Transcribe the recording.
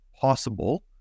possible